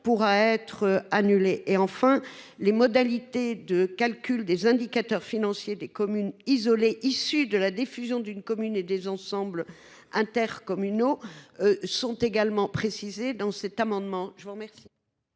pourra être annulée. Enfin, les modalités de calcul des indicateurs financiers des communes isolées, issues de la « défusion » d’une commune et de l’ensemble intercommunal, sont également précisées. Les deux amendements suivants sont